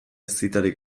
zitarik